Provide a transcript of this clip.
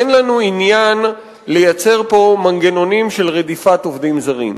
אין לנו עניין לייצר פה מנגנונים של רדיפת עובדים זרים.